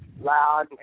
loud